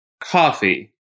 Coffee